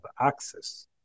access